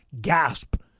gasp